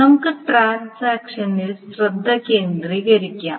നമുക്ക് ട്രാൻസാക്ഷനിൽ ശ്രദ്ധ കേന്ദ്രീകരിക്കാം